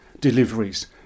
deliveries